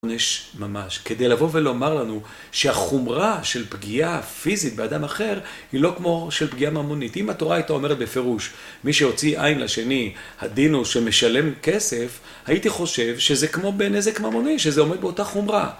ממש כדי לבוא ולומר לנו שהחומרה של פגיעה פיזית באדם אחר היא לא כמו של פגיעה ממונית אם התורה הייתה אומרת בפירוש מי שהוציא עין לשני הדין הוא שמשלם כסף הייתי חושב שזה כמו בנזק ממוני שזה עומד באותה חומרה